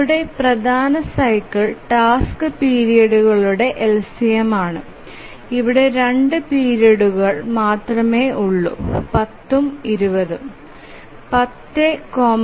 ഇവിടെ പ്രധാന cycle task പീരിയഡുകളുടെ LCM ആണ് ഇവിടെ 2 പിരീഡുകൾ മാത്രമേയുള്ളൂ 10 ഉം 20 ഉം